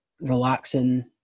relaxing